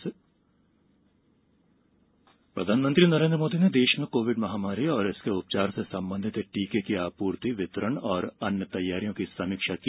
Modi Covid समीक्षा प्रधानमंत्री नरेन्द्र मोदी ने देश में कोविड महामारी और इसके उपचार से सम्बंधित टीके की आपूर्ति वितरण और अन्य तैयारियों की समीक्षा की